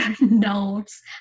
notes